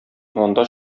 анда